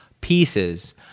pieces